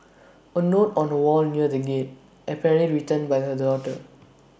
A note on A wall near the gate apparently written by the daughter